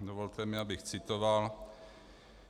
Dovolte mi, abych citoval: